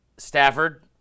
Stafford